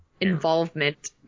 involvement